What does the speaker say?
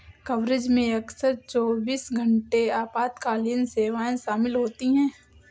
coverage में अक्सर चौबीस घंटे आपातकालीन सेवाएं शामिल होती हैं